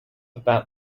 about